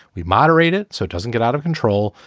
we moderate it so it doesn't get out of control.